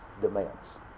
demands